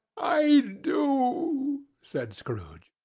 i do, said scrooge.